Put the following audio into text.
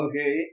okay